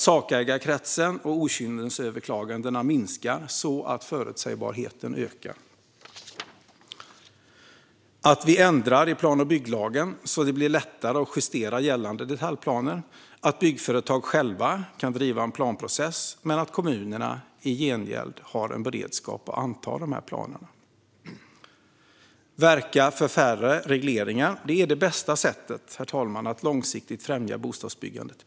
Sakägarkretsen och okynnesöverklagandena borde minska, så att förutsägbarheten ökar. Vi borde ändra i plan och bygglagen så att det blir lättare att justera gällande detaljplaner och så att byggföretag själva kan driva en planprocess. Kommunerna ska då i gengäld ha en beredskap att anta dessa planer. Att verka för färre regleringar är det bästa sättet, herr talman, att långsiktigt främja bostadsbyggandet.